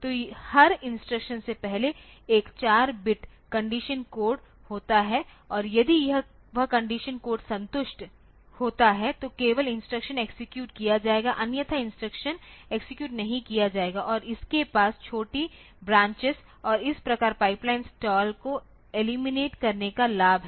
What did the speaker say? तो हर इंस्ट्रक्शन से पहले एक 4 बिट कंडीशन कोड होता है और यदि वह कंडीशन कोड संतुष्ट होता है तो केवल इंस्ट्रक्शन एक्सेक्यूट किया जाएगा अन्यथा इंस्ट्रक्शन एक्सेक्यूट नहीं किया जाएगा और इसके पास छोटी ब्रांचेज और इस प्रकार पाइपलाइन स्टॉल को एलिमिनेट करने का लाभ है